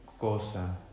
cosa